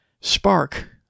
spark